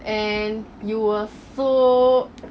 and you were so